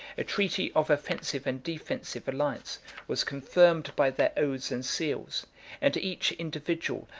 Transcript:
a treaty of offensive and defensive alliance was confirmed by their oaths and seals and each individual,